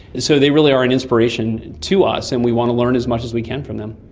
so they really are an inspiration to us and we want to learn as much as we can from them.